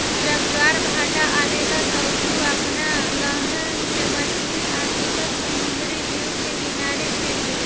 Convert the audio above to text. जब ज्वार भाटा आवेला त उ आपना लहर से मछली आ दुसर समुंद्री जीव के किनारे फेक देवेला